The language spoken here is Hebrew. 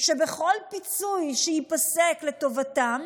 שבכל פיצוי שייפסק לטובתם,